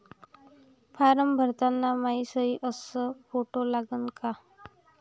Form भरताना मायी सयी अस फोटो लागन का?